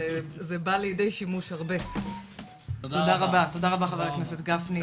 חבר הכנסת גפני.